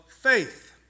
faith